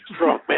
Strongman